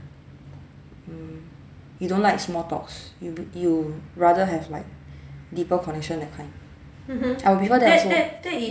mm you don't like small talks you you rather have like deeper connection that kind before that I'll prefer that also